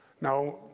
Now